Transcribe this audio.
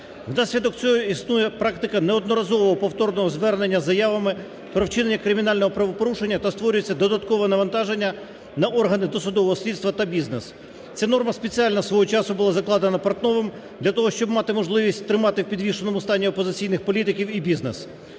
Внаслідок цього існує практика неодноразового повторного звернення з заявами про вчинення кримінального правопорушення, та створюється додаткове навантаження на органи досудового слідства та бізнес. Ця норма спеціально свого часу була закладена Портновим для того, щоб мати можливість тримати в підвішеному стані опозиційних політиків і бізнес.